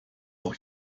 doch